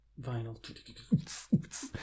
Vinyl